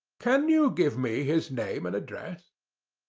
can you give me his name and address?